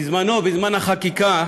בזמנו, בזמן החקיקה,